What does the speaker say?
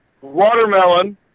Watermelon